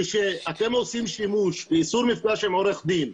כשאתם עושים שימוש באיסור מפגש עם עורך דין,